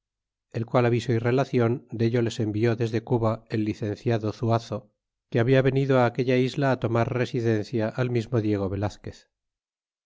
el qual aviso y relacion dello les envió desde cuba el licenciado zuazo que habia venido á aquella isla tomar residencia al mismo diego velazquez